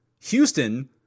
Houston